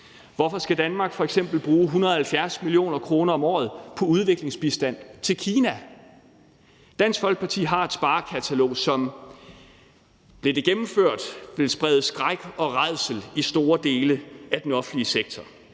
Hvorfor skal Danmark f.eks. bruge 170 mio. kr. om året på udviklingsbistand til Kina? Dansk Folkeparti har et sparekatalog, som, hvis det blev gennemført, ville sprede skræk og rædsel i store dele af den offentlige sektor